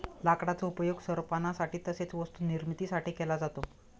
लाकडाचा उपयोग सरपणासाठी तसेच वस्तू निर्मिती साठी केला जातो